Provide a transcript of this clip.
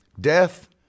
death